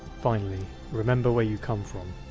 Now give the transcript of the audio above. finally remember where you come from.